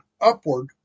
upward